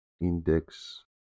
index